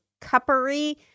cuppery